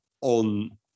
on